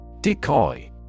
Decoy